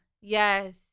Yes